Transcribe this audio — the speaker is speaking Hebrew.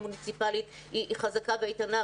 המוניציפאלית היא חזקה ואיתנה,